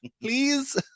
please